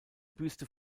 büste